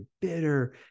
bitter